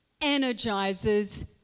energizes